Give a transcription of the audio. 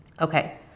Okay